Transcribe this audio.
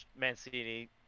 Mancini